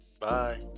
bye